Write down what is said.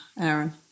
Aaron